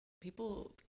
people